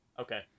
Okay